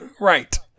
right